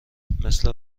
مثل